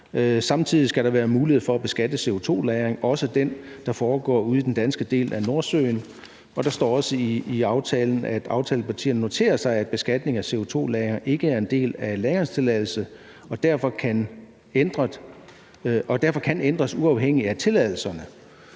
Samtidig skal der være mulighed for at beskatte CO2-lagring, også den, der foregår ude i den danske del af Nordsøen. Og der står også i aftalen, at aftalepartierne noterer sig, at beskatning af CO2-lagring ikke er en del af en lagringstilladelse og derfor kan ændres uafhængigt af tilladelserne.